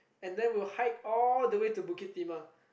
and then we'll hike all the way to Bukit-Timah